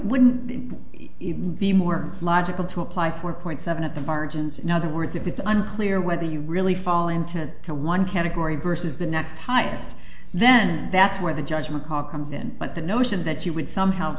wouldn't even be more logical to apply for point seven at the margins in other words if it's unclear whether you really fall into to one category versus the next highest then that's where the judge macaw comes in but the notion that you would somehow